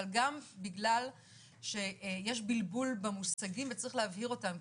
גם בגלל שיש בלבול במושגים וצריך להבהיר אותם,